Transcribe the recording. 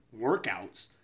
workouts